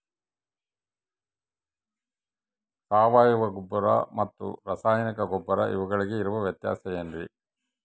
ಸಾವಯವ ಗೊಬ್ಬರ ಮತ್ತು ರಾಸಾಯನಿಕ ಗೊಬ್ಬರ ಇವುಗಳಿಗೆ ಇರುವ ವ್ಯತ್ಯಾಸ ಏನ್ರಿ?